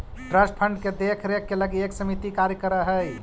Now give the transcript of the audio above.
trust fund के देख रेख के लगी एक समिति कार्य कर हई